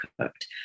cooked